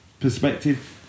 perspective